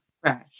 fresh